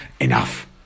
enough